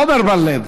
עמר בר-לב,